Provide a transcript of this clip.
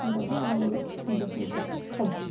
ಅಂಥವೆಲ್ಲ ಒಂದು ಇಂಜೆಕ್ಷನ್ ಕೊಟ್ಟು ಕಳಿಸ್ತೀವ್